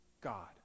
God